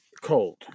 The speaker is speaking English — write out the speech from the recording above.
cold